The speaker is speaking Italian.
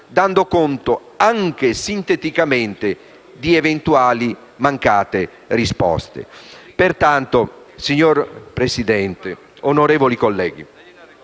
dando conto, anche sinteticamente, di eventuali mancate risposte.